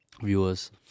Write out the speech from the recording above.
viewers